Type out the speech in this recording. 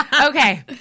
Okay